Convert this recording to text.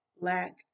black